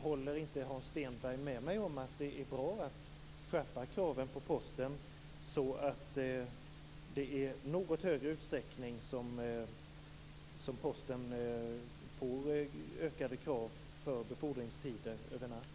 Håller inte Hans Stenberg med mig om att det är bra att skärpa kraven på Posten, så att Posten får ökade krav på sig när det gäller tiderna för övernattbefordran?